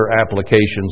applications